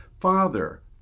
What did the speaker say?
Father